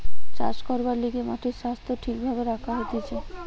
চাষ করবার লিগে মাটির স্বাস্থ্য ঠিক ভাবে রাখা হতিছে